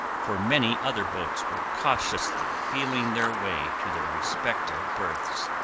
for many other boats were cautiously feeling their way to their respective berths,